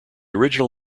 original